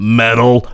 metal